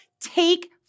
take